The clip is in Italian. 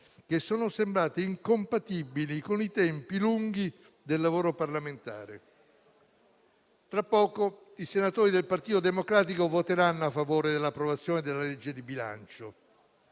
che sono sembrate incompatibili con i tempi lunghi del lavoro parlamentare. Tra poco i senatori del Partito Democratico voteranno a favore dell'approvazione della legge di bilancio,